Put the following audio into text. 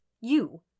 You